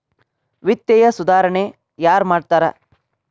ವಿತ್ತೇಯ ಸುಧಾರಣೆ ಯಾರ್ ಮಾಡ್ತಾರಾ